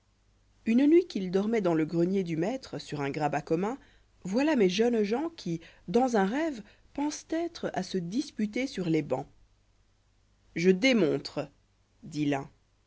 une nuit qu'ils dormoient dans le grenier du maître sur un grabat commun voilâmes jeunes gensqui gensqui un rêve pensent être a se disputer sur les bancs je démontre